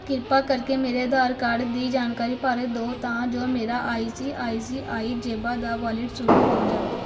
ਕ੍ਰਿਪਾ ਕਰਕੇ ਮੇਰੇ ਆਧਾਰ ਕਾਰਡ ਦੀ ਜਾਣਕਾਰੀ ਭਰ ਦਿਓ ਤਾਂ ਜੋ ਮੇਰਾ I C I C I ਜੇਬਾ ਦਾ ਵਾਲਿਟ ਸ਼ੁਰੂ ਹੋ ਜਾਵੇ